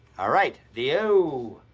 alright, the o,